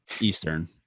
Eastern